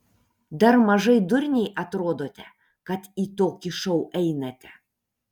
dar mažai durniai atrodote kad į tokį šou einate